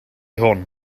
hwn